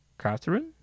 Catherine